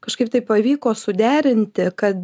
kažkaip tai pavyko suderinti kad